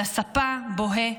על הספה, בוהה,